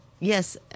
Yes